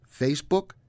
Facebook